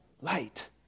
Light